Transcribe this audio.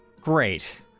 great